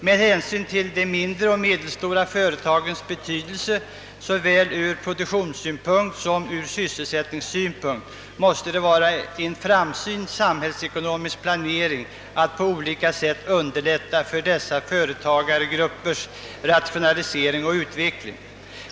Med hänsyn till de mindre och medelstora företagens betydelse från såväl produktionssom sysselsättningssynpunkt måste det vara en framsynt samhällsekonomisk planering att på olika sätt underlätta dessa företagsgruppers rationalisering och utveckling.